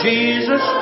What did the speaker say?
Jesus